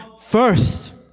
first